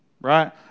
right